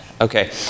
okay